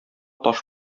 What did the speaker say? таш